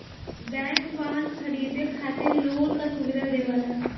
bank वाहन खरीदे खातिर लोन क सुविधा देवला